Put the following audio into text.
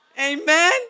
Amen